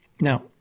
Now